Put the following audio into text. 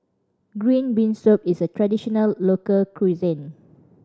green bean soup is a traditional local cuisine